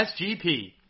SGP